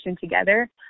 together